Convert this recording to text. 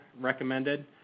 recommended